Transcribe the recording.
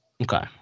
Okay